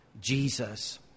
Jesus